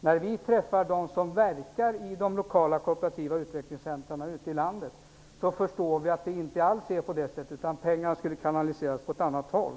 När vi träffar dem som verkar på lokala kooperativa centra ute i landet förstår vi att detta inte alls stämmer. Pengarna borde i stället kanaliseras åt ett annat håll.